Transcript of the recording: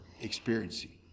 experiencing